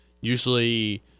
usually